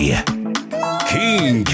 King